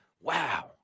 Wow